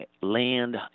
Land